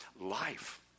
Life